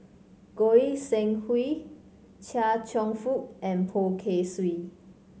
Goi Seng Hui Chia Cheong Fook and Poh Kay Swee